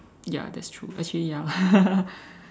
ya that's true actually ya